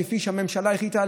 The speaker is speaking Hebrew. כפי שהממשלה החליטה,